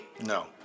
No